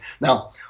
Now